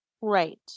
right